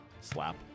Slap